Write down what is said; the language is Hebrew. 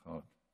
אני